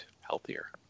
healthier